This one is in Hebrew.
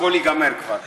הכול ייגמר כבר.